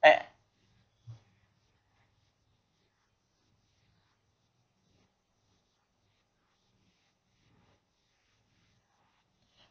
eh